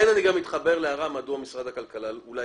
עכשיו אני מבין את ההערה שלכם על כך שמשרד הכלכלה לא רלוונטי.